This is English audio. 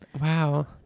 Wow